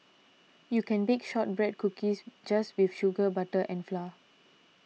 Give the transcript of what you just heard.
you can bake Shortbread Cookies just with sugar butter and flour